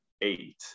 eight